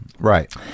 Right